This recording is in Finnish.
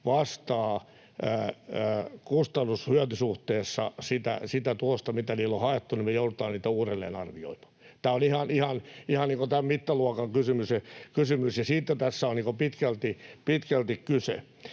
vastaa kustannus—hyöty-suhteessa sitä tulosta, mitä niillä on haettu, niin me joudutaan niitä uudelleen arvioimaan. Tämä on ihan niin kuin tämän mittaluokan kysymys, ja siitä tässä on pitkälti kyse.